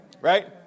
Right